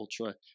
ultra